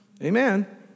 Amen